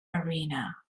arena